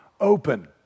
open